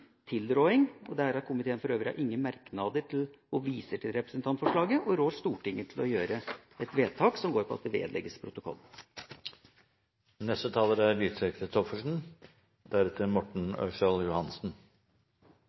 tilråding. Komiteen har for øvrig ingen merknader, viser til representantforslaget og rår Stortinget til å gjøre et vedtak som går på at det vedlegges protokollen. Denne saken er